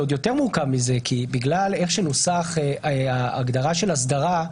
זה עוד יותר מורכב כי בגלל איך שנוסחה ההגדרה "אסדרה",